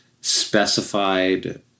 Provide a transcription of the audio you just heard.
specified